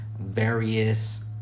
various